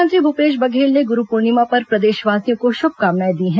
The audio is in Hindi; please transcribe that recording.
मुख्यमंत्री भूपेश बघेल ने गुरू पूर्णिमा पर प्रदेशवासियों को शुभकामनाएं दी हैं